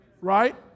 right